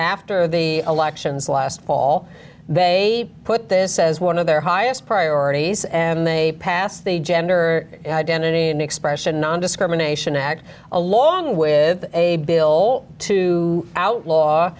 after the elections last fall they put this says one of their highest priorities and they passed the gender identity and expression nondiscrimination act along with a bill to outlaw